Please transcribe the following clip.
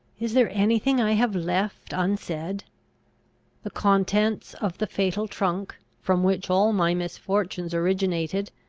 is there any thing i have left unsaid the contents of the fatal trunk, from which all my misfortunes originated,